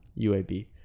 UAB